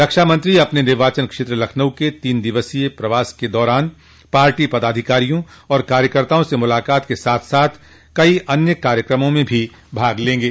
रक्षा मंत्री अपने निर्वाचन क्षेत्र लखनऊ के तीन दिवसीय प्रवास के दौरान पार्टी पदाधिकारियों और कार्यकर्ताओं से मुलाक़ात के साथ साथ कई अन्य कार्यक्रमों में भी भाग लेंगे